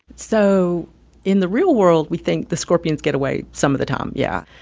so in the real world, we think the scorpions get away some of the time, yeah.